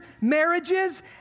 marriages